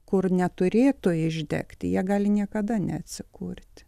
kur neturėtų išdegti jie gali niekada neatsikurt